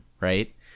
right